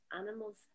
animals